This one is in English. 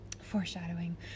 foreshadowing